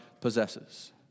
possesses